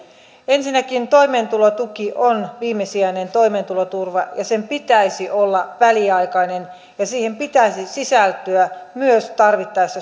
ensinnäkin toimeentulotuki on viimesijainen toimeentuloturva ja sen pitäisi olla väliaikainen ja siihen pitäisi sisältyä tarvittaessa myös